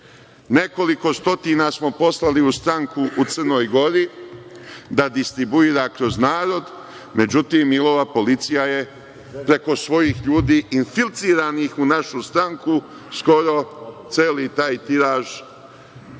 Nekoliko stotina smo poslali u stranku u Crnoj Gori da distribuira kroz narod, međutim Milova policija je preko svojih ljudi infiltriranih u našu stranku skoro celi taj tiraž